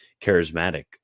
charismatic